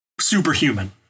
superhuman